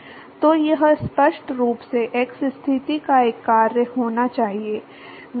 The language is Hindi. तो यह स्पष्ट रूप से x स्थिति का एक कार्य होना चाहिए